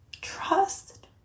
trust